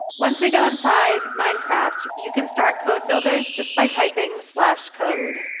once we go inside minecraft, you can start code builder just by typing slash code.